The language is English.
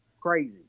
crazy